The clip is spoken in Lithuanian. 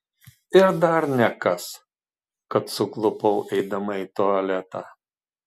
ir dar nekas kad suklupau eidama į tualetą